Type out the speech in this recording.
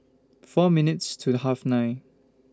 four minutes to The Half nine